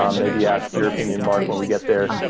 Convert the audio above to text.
um maybe ask your opinion, mark, when we get there.